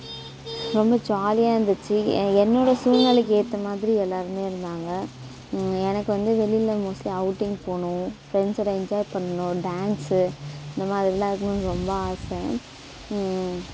ரொம்ப ஜாலியாக இருந்திச்சு ஏ என்னோடய சூழ்நிலைக்கு ஏற்ற மாதிரி எல்லாருமே இருந்தாங்க எனக்கு வந்து வெளியில மோஸ்ட்லி அவுட்டிங் போகணும் ஃபிரண்ட்ஸோட என்ஜாய் பண்ணனும் டான்ஸ் இந்த மாதிரிலாம் இருக்கணும்னு ரொம்ப ஆசை